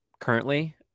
currently